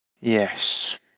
Yes